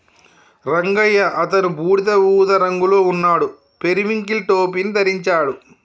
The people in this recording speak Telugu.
రంగయ్య అతను బూడిద ఊదా రంగులో ఉన్నాడు, పెరివింకిల్ టోపీని ధరించాడు